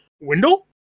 Window